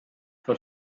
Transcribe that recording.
for